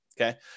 Okay